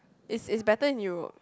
is is better in Europe